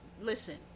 listen